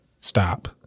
Stop